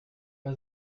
pas